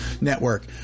network